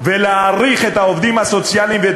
ולהעריך את העובדים הסוציאליים ואת